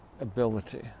ability